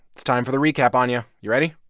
it's time for the recap, anya. you ready?